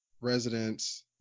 residents